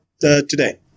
today